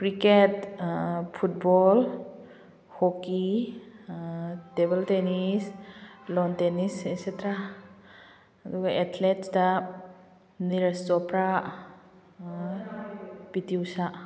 cricket football hockey table tennis lawn tennis etcetera ꯑꯗꯨꯒ ꯑꯦꯊ꯭ꯂꯦꯠꯇ Neeraj Chopra P T ꯎꯁꯥ